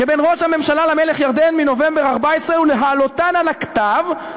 שבין ראש הממשלה למלך ירדן מנובמבר 2014 ולהעלותן על הכתב,